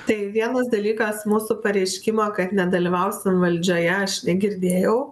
tai vienas dalykas mūsų pareiškimo kad nedalyvausim valdžioje aš negirdėjau